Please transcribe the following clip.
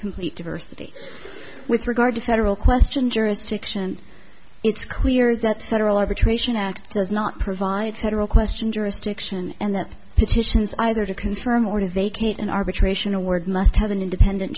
complete diversity with regard to federal question jurisdiction it's clear that federal arbitration act does not provide federal question jurisdiction and that petitions either to confirm or deny vacate an arbitration award must have an independent